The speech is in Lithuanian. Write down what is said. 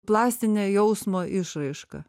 plastinė jausmo išraiška